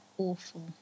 Awful